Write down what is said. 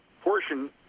portion